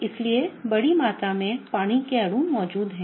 इसलिए बड़ी मात्रा में पानी के अणु मौजूद हैं